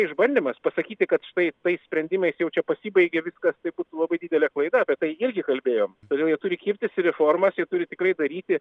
išbandymas pasakyti kad štai tais sprendimais jau čia pasibaigė viskas tai būtų labai didelė klaida apie tai irgi kalbėjom todėl jie turi kibtis į reformas turi tikrai daryti